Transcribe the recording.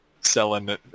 selling